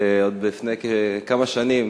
עוד לפני כמה שנים,